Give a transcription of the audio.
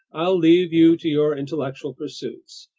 i'll leave you to your intellectual pursuits.